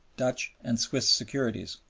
dutch, and swiss securities,